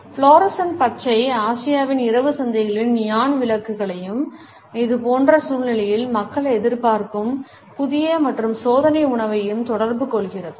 fluorescent பச்சை ஆசியாவின் இரவு சந்தைகளின் நியான் விளக்குகளையும் இதுபோன்ற சூழ்நிலைகளில் மக்கள் எதிர்பார்க்கும் புதிய மற்றும் சோதனை உணவையும் தொடர்பு கொள்கிறது